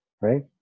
right